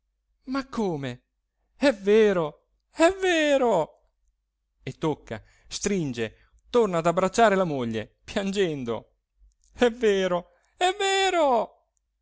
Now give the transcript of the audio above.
ma come è vero è vero e tocca stringe torna ad abbracciare la moglie piangendo è vero è vero